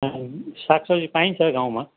साग सब्जी पाइन्छ गाउँमा